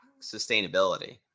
sustainability